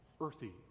earthy